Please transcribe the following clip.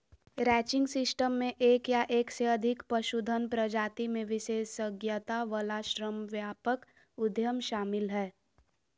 ranching system मे एक या एक से अधिक पशुधन प्रजाति मे विशेषज्ञता वला श्रमव्यापक उद्यम शामिल हय